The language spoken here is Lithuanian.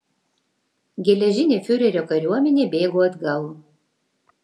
geležinė fiurerio kariuomenė bėgo atgal